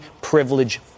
privilege